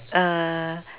err